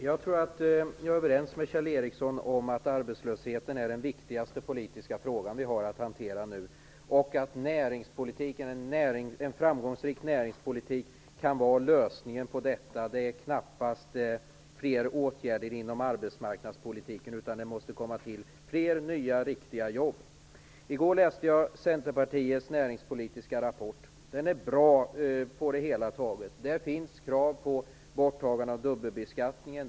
Herr talman! Jag är överens med Kjell Ericsson om att arbetslösheten är den viktigaste politiska fråga vi har att hantera nu och att en framgångsrik näringspolitik kan vara lösningen. Lösningen är knappast fler åtgärder inom arbetsmarknadspolitiken, utan det måste komma till flera riktiga jobb. I går läste jag Centerpartiets näringspolitiska rapport. Den är bra på det hela taget. Där finns krav på borttagande av dubbelbeskattningen.